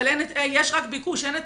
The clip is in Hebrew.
אבל יש רק ביקוש, אין היצע.